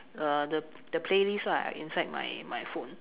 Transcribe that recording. uh the playlist lah inside my my phone